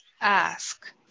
ask